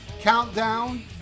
Countdown